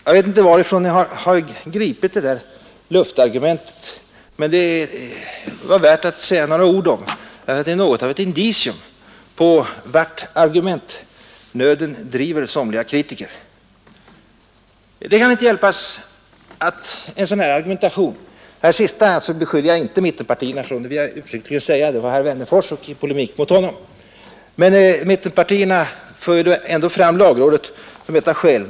Jag vet inte varifrån ni har gripit det där luftargumentet, men det var värt att säga några ord om saken, eftersom detta är något av ett indicium på vart argumentnöden driver somliga kritiker. Jag vill uttryckligen säga att jag inte beskyller mittenpartierna för det här sista, utan det sade jag i polemik mot herr Wennerfors, men mittenpartierna förde ändå fram tiden för lagrådets behandling som ett av skälen.